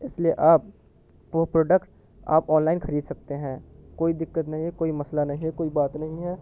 اس لیے آپ وہ پروڈکٹ آپ آن لائن خرید سکتے ہیں کوئی دقت نہیں ہے کوئی مسئلہ نہیں کوئی بات نہیں ہے